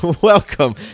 Welcome